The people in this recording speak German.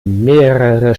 mehrere